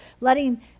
Letting